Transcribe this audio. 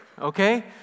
okay